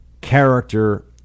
character